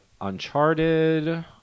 Uncharted